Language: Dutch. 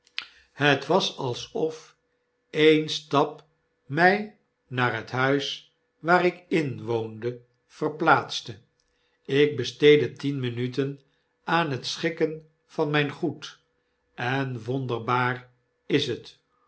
het was alsof een stap my naar het huis waar ik inwoonde verplaatste ik besteedde tien minuten aan hetschikkenvanmijngoed en wonderbaar is het